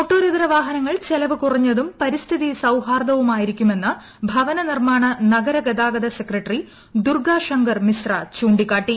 മോട്ടോറിതര വാഹനങ്ങൾ ചെലവ് കുറഞ്ഞതും പരിസ്ഥിതി സൌഹാർദ്ദവുമായിരിക്കുമെന്ന് ഭവന നിർമ്മാണ നഗരഗതാഗത സെക്രട്ടറി ദുർഗ്ഗാ ശങ്കർ മിശ്ര ചൂണ്ടിക്കാട്ടി